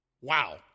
Wow